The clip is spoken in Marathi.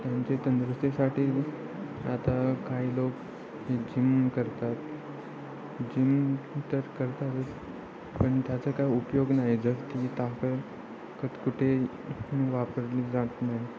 त्यांचे तंदुरुस्तीसाठी आता काही लोक ही जिम करतात जिम तर करतातच पण त्याचं काय उपयोग नाही जसं की ताकद कत कुठे वापरली जात नाही